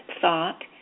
thought